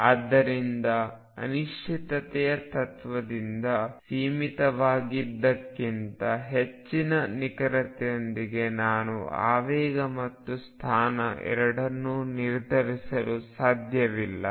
ಆದ್ದರಿಂದ ಅನಿಶ್ಚಿತತೆಯ ತತ್ವದಿಂದ ಸೀಮಿತವಾಗಿದ್ದಕ್ಕಿಂತ ಹೆಚ್ಚಿನ ನಿಖರತೆಯೊಂದಿಗೆ ನಾನು ಆವೇಗ ಮತ್ತು ಸ್ಥಾನ ಎರಡನ್ನೂ ನಿರ್ಧರಿಸಲು ಸಾಧ್ಯವಿಲ್ಲ